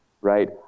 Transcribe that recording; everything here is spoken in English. right